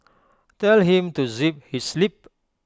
tell him to zip his lip